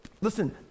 Listen